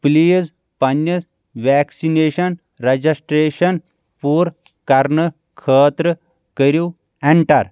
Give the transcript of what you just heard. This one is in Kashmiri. پٕلیٖز پَننِس ویٚکسِنیشَن رَجَسٹرٛیشَن پوٗرٕ کَرنہٕ خٲطرٕ کَریٛو ایٚنٹر